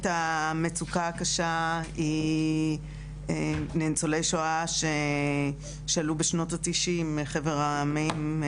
המצוקה הקשה של ניצולי שואה שעלו בשנות ה-90' מחבר העמים,